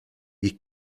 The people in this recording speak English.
you